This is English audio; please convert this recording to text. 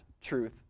truth